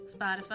Spotify